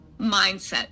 mindset